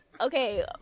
okay